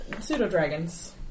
pseudo-dragons